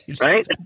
right